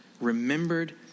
remembered